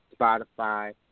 Spotify